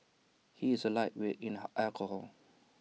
he is A lightweight in alcohol